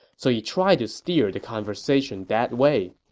so he tried to steer the conversation that way